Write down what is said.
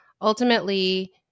Ultimately